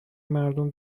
مردم